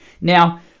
Now